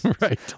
right